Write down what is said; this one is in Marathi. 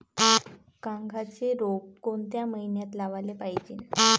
कांद्याचं रोप कोनच्या मइन्यात लावाले पायजे?